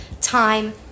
time